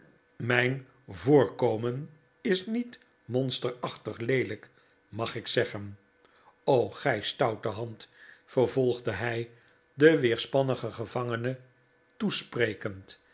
mijn voorkomen is niet monsterachtig leelijk mag ik zeggen o gij stoute hand vervolgde hij de weerspannige gevangene toesprekend